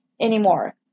anymore